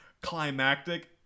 climactic